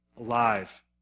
alive